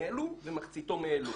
מאלו ומחציתו מאלו,